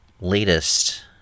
latest